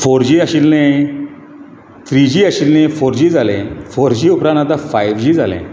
four G आशिल्लें three G आशिल्लें four G जालें फोर जी उपरांत आतां फायव जी जालें